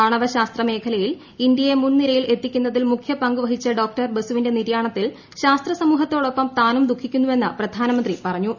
ആണവ ശാസ്ത്രമേഖല യിൽ ഇന്ത്യയെ മുൻ നിരയിൽ എത്തിക്കുന്നതിൽ മുഖ്യപങ്കുവഹിച്ച ഡോക്ടർ ബസുവിന്റ നിര്യാണത്തിൽ ശാസ്ത്ര സമൂഹത്തോ ടൊപ്പം താനും ദുഃഖിക്കുന്നുവെന്ന് പ്രധാനമന്ത്രി പറഞ്ഞു